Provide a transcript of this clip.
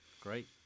great